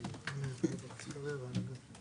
יש אגודה שיתופית שנקראת קונזיף של 70 עובדות